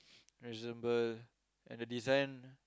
reasonable and design